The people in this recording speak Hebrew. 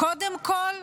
קודם כול,